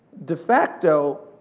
de-facto,